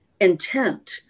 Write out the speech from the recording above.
intent